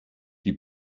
die